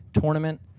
tournament